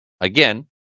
again